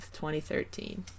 2013